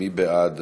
מי בעד?